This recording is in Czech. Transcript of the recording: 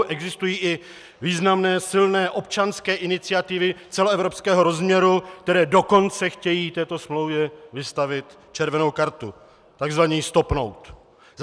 Existují i významné, silné občanské iniciativy celoevropského rozměru, které dokonce chtějí této smlouvě vystavit červenou kartu, takzvaně ji stopnout.